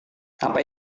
apa